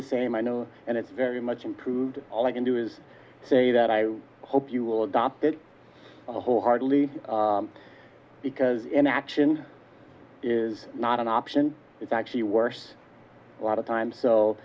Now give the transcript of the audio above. the same i know and it's very much improved all i can do is say that i hope you will adopt it wholeheartedly because inaction is not an option it's actually worse a lot of time